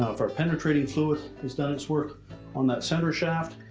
ah if our penetrating fluid has done its work on that center shaft,